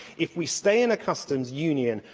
if we stay in a customs union,